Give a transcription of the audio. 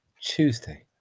Tuesday